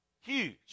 Huge